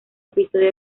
episodio